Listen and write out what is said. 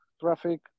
traffic